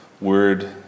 word